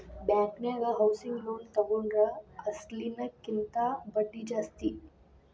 ಬ್ಯಾಂಕನ್ಯಾಗ housing loan ತಗೊಂಡ್ರ ಅಸ್ಲಿನ ಕಿಂತಾ ಬಡ್ದಿ ಜಾಸ್ತಿ